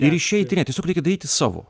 ir išeiti ne tiesiog reikia daryti savo